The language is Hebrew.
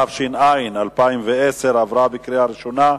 התש"ע 2010, עברה בקריאה ראשונה,